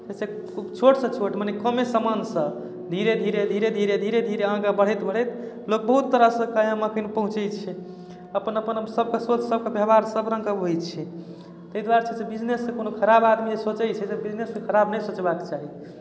ओहिसँ छोटसँ छोट मने कमे सामानसँ धीरे धीरे धीरे धीरे धीरे धीरे अहाँकेँ बढ़ैत बढ़ैत मतलब बहुत तरहसँ कऽ अपन पहुँचैत छै अपन अपन सभके सोच सभके व्यवहार सभ रङ्गके होइत छै ताहि दुआरे छै से बिजनेस कोनो खराब आदमी सोचैत छै तऽ बिजनेसकेँ खराब नहि सोचबाक चाही